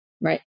right